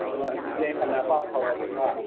ꯍꯣꯏ ꯑꯗꯨꯗꯤ ꯑꯩ ꯍꯜꯂꯛꯑꯒ ꯄꯥꯎ ꯐꯥꯎꯔꯛꯑꯒꯦꯀꯣ